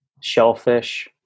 shellfish